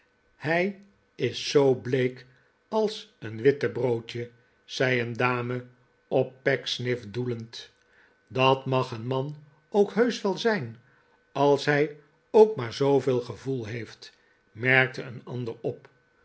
hij is zoo bleek als een wittebroodje zei een dame op pecksniff doelend f dat mag een man ook heusch wel zijn als hij ook maar zooveel gevoel heeft merkte een andere op